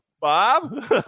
bob